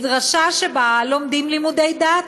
מדרשה שבה לומדים לימודי דת?